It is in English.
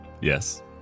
Yes